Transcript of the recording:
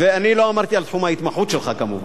ואני לא אמרתי על תחום ההתמחות שלך כמובן.